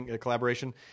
collaboration